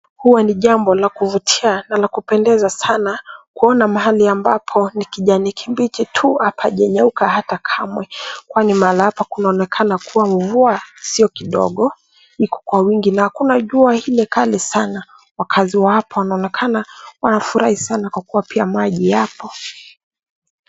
Hua ni jambo la kuvutia, na la kupendeza sana kuona mahali ambapo ni kijani kibichi tu, hapajanyauka hata kamwe, kwani mahala hapa panaonekana kuwa, mvua sio kidogo, iko kwa wingi, na hakuna jua ile kali sana. Wakaazi wa hapa wanaonekana kuwa wanafurahi sana kwa kuwa pia maji yapo.